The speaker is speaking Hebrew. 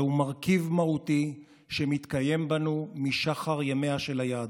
זהו מרכיב מהותי שמתקיים בנו משחר ימיה של היהדות,